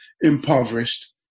impoverished